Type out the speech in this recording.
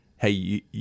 hey